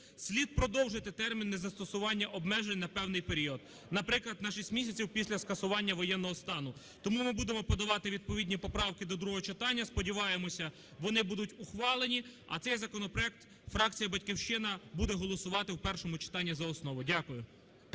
слід продовжити термін незастосування обмежень на певний період, наприклад на 6 місяців після скасування воєнного стану. Тому ми будемо подавати відповідні поправки до другого читання. Сподіваємося, вони будуть ухвалені. А цей законопроект фракція "Батьківщина" буде голосувати в першому читанні за основу. Дякую.